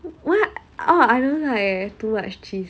what oh I don't like eh too much cheers